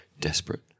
desperate